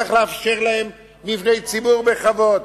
צריך לאפשר להם מבני ציבור בכבוד,